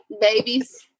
babies